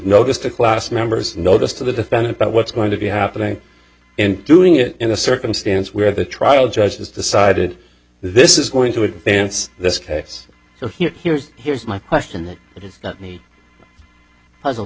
notice to class members notice to the defendant about what's going to be happening and doing it in a circumstance where the trial judge has decided this is going to advance this case so here here's here's my question that it is not me puzzled